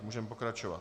Můžeme pokračovat.